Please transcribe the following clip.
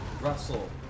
Russell